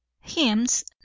hymns